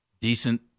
Decent